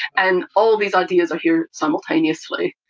and all these ideas are here simultaneously.